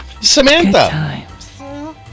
Samantha